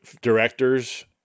directors